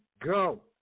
go